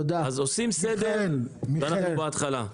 אז עושים סדר ואנחנו בהתחלה.